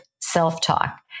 self-talk